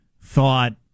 thought